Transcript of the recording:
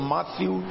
Matthew